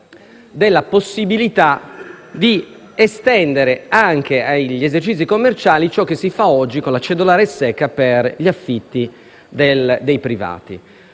alla possibilità di estendere anche agli esercizi commerciali ciò che si fa oggi con la cedolare secca per gli affitti dei privati,